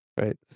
right